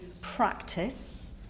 practice